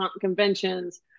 conventions